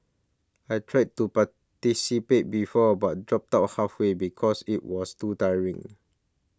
I tried to participate before but dropped out halfway because it was too tiring